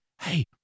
hey